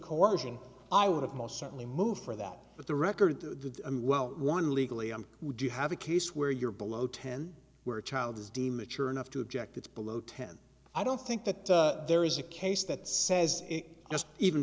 coersion i would have most certainly moved for that but the record the well one legally i would you have a case where you're below ten were child is d mature enough to object it's below ten i don't think that there is a case that says it just even